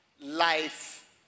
life